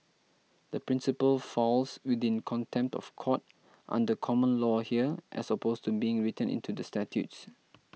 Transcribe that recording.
the principle falls within contempt of court under common law here as opposed to being written into the statutes